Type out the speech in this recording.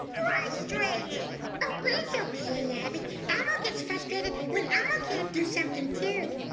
frustrating. ah well it's okay, abby. elmo gets frustrated when elmo can't do something, too.